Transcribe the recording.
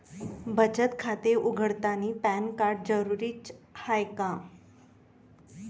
बचत खाते उघडतानी पॅन कार्ड जरुरीच हाय का?